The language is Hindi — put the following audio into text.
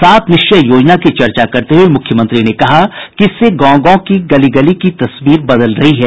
सात निश्चय योजना की चर्चा करते हुए मुख्यमंत्री ने कहा कि इससे गांव की गली गली की तस्वीर बदल रही है